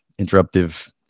interruptive